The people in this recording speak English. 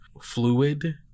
fluid